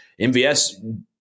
MVS